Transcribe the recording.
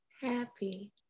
Happy